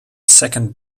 second